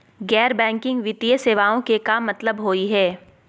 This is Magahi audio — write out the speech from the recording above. गैर बैंकिंग वित्तीय सेवाएं के का मतलब होई हे?